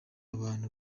abantu